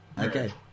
Okay